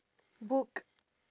book